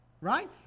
Right